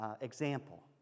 example